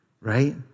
right